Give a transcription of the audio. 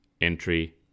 entry